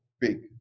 big